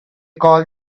called